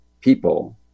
people